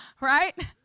right